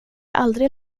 aldrig